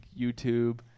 youtube